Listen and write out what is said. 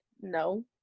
No